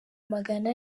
magana